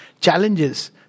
challenges